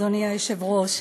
אדוני היושב-ראש,